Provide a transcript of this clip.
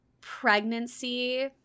pregnancy